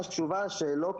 החזרה,